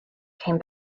came